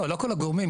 לא, לא כל הגורמים.